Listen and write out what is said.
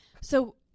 So-